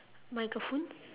microphones